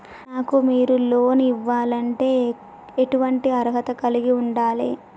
నాకు మీరు లోన్ ఇవ్వాలంటే ఎటువంటి అర్హత కలిగి వుండాలే?